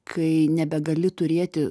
kai nebegali turėti